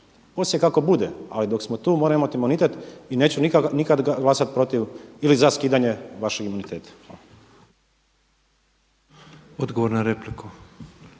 Poslije kako bude, ali dok smo tu moramo imati imunitet i neću nikada glasati protiv ili za skidanje vašeg imuniteta. **Petrov, Božo